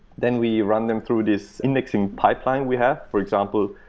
then, we run them through this indexing pipeline we have. for example,